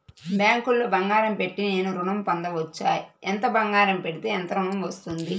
బ్యాంక్లో బంగారం పెట్టి నేను ఋణం పొందవచ్చా? ఎంత బంగారం పెడితే ఎంత ఋణం వస్తుంది?